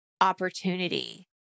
opportunity